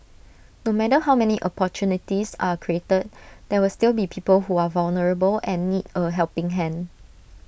no matter how many opportunities are created there will still be people who are vulnerable and need A helping hand